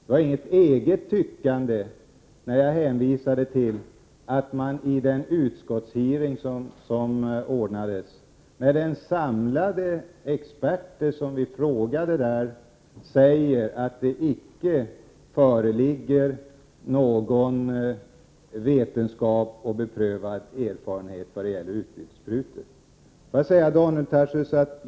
Det var inget eget tyckande när jag hänvisade till att man i den utskottshearing som ordnades, där den samlade expertis som vi frågade sade att det icke föreligger någon vetenskaplig erfarenhet vad gäller utbytessprutor.